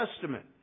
Testament